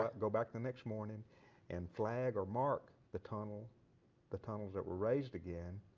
ah go back the next morning and flag or mark the tunnels the tunnels that were raised again.